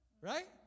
right